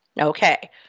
Okay